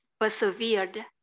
persevered